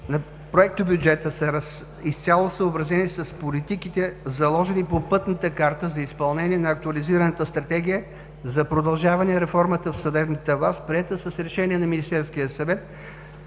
на Проектобюджета са изцяло съобразени с политиките, заложени по пътната карта за изпълнение на Актуализираната Стратегия за продължаване реформата в съдебната власт, приета с Решение № 299 от